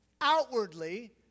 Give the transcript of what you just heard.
outwardly